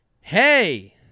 Hey